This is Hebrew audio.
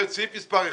סעיף מספר 1,